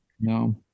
no